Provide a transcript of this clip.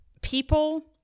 people